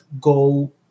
go